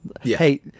Hey